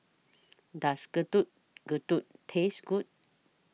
Does Getuk Getuk Taste Good